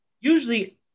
usually